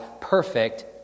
perfect